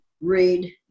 Read